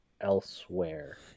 elsewhere